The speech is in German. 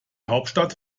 hauptstadt